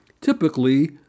Typically